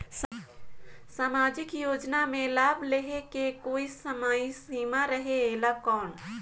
समाजिक योजना मे लाभ लहे के कोई समय सीमा रहे एला कौन?